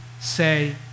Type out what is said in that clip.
say